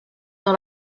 dans